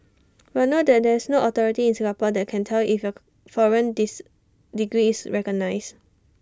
but note that there's no authority in Singapore that can tell you if your foreign dis degree is recognised